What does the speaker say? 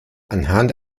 anhand